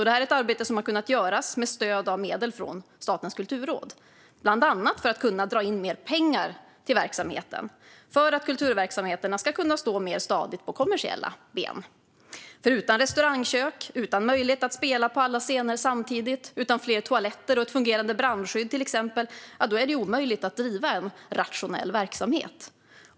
Det är ett arbete som har kunnat göras med stöd av medel från Statens kulturråd, bland annat för att kunna dra in mer pengar till verksamheten för att kulturverksamheterna ska stå mer stadigt på kommersiella ben. Utan restaurangkök, utan möjlighet att spela på alla scener samtidigt, utan fler toaletter och ett fungerande brandskydd, till exempel, är det omöjligt att driva en rationell verksamhet.